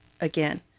Again